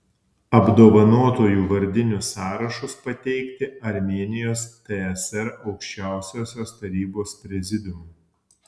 apdovanotųjų vardinius sąrašus pateikti armėnijos tsr aukščiausiosios tarybos prezidiumui